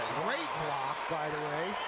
great block, by the way.